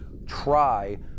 try